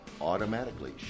automatically